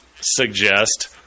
suggest